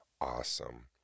awesome